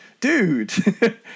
dude